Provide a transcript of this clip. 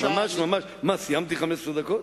סיימתי 15 דקות?